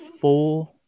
four